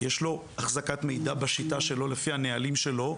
יש לו החזקת מידע בשיטה שלו לפי הנהלים שלו,